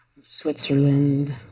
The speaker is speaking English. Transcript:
Switzerland